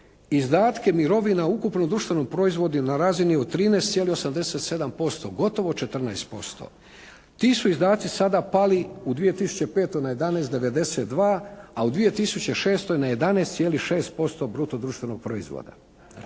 izdatke mirovina u ukupnom društvenom proizvodu ili na razini od 13,87%, gotovo 14%. Ti su izdaci sada pali u 2005. na 11,92, a u 2006. na 11,6% bruto društvenog proizvoda.